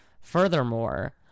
Furthermore